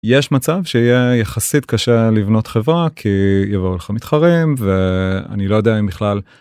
יש מצב שיהיה יחסית קשה לבנות חברה כי יבוא לך מתחרים ואני לא יודע אם בכלל.